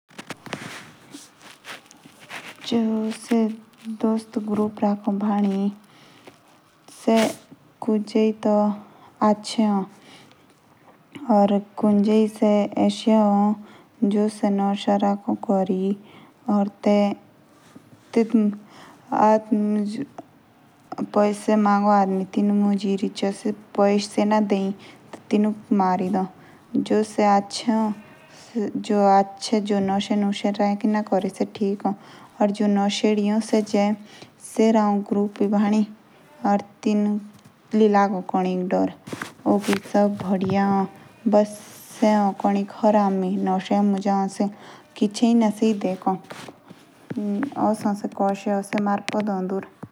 जो से दोस्त के ग्रुप ए। से कुंजे टी दर्द ए। या कुंजे बेकर ए। कुज्जे ग्रुप दे नशे वगेरा क्रो ए। या ते सी अप्स मुझे पैसे मांग।